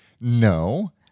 No